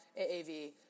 AAV